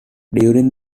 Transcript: during